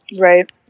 right